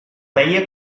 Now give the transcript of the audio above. veia